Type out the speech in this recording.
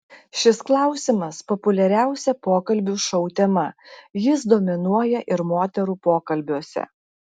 šis klausimas populiariausia pokalbių šou tema jis dominuoja ir moterų pokalbiuose